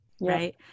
right